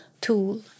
tool